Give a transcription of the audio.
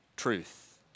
truth